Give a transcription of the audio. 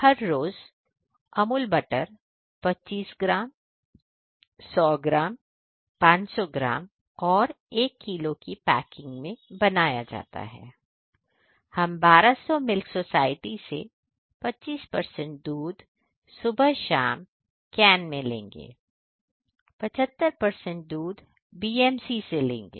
हर रोज Amul butter 25 gram 100 gram 500 gram और 1 kilo की पैकिंग में बनाया जाता है हम1200 मिल्क सोसायटी से 25 परसेंट दूध सुबह शाम कैन में लेंगे 75 परसेंट दूध BMC से लेंगे